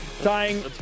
Tying